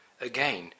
again